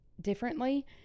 differently